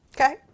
Okay